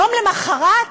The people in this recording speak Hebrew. יום למחרת?